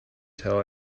tell